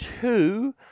two